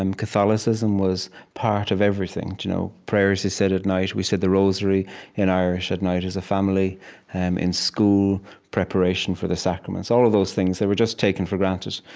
um catholicism was part of everything. you know prayers you said at night we said the rosary in irish at night as a family and in school preparation for the sacraments all of those things that were just taken for granted.